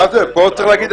כאן צריך לומר אשם.